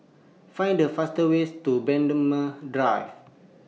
Find The fastest ways to Braemar Drive